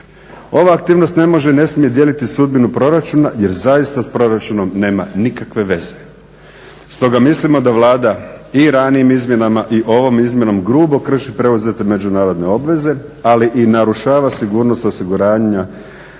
Ova aktivnost ne može i ne smije dijeliti sudbinu proračuna jer zaista s proračunom nema nikakve veze, stoga mislimo da Vlada i ranijim izmjenama i ovom izmjenom grubo krši preuzete međunarodne obveze ali i narušava sigurnost osiguranja